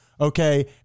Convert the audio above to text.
Okay